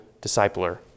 discipler